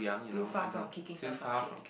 too far from kicking the bucket